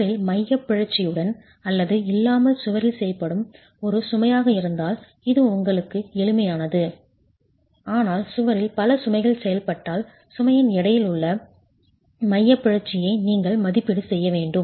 சுவரில் மையப் பிறழ்ச்சியுடன் அல்லது இல்லாமல் சுவரில் செயல்படும் ஒரு சுமையாக இருந்தால் இது உங்களுக்கு எளிமையானது ஆனால் சுவரில் பல சுமைகள் செயல்பட்டால் சுமையின் எடையுள்ள மையப் பிறழ்ச்சியை நீங்கள் மதிப்பீடு செய்ய வேண்டும்